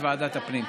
בוועדת הפנים.